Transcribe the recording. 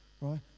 right